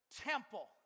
temple